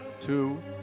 two